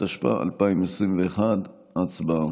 התשפ"א 2021. הצבעה.